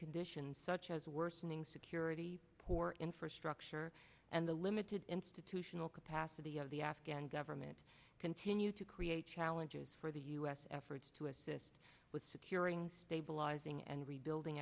conditions such as worsening security poor infrastructure and the limited institutional capacity of the afghan government continue to create challenges for the u s efforts to assist with securing stabilizing and rebuilding